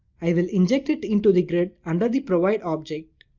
i will inject it into the grid under the provide object.